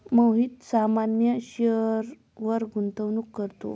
मोहित सामान्य शेअरवर गुंतवणूक करतो